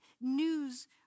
news